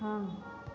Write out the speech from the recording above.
हँ